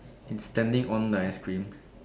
it's standing on the ice cream